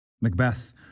Macbeth